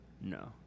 No